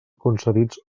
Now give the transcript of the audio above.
concedits